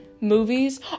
movies